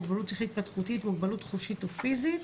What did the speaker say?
מוגבלות שכלית התפתחותית ומוגבלות חושית או פיזית,